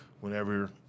whenever